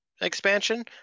expansion